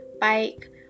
bike